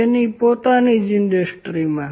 તેના પોતાના ઈન્ડસ્ટ્રીમાં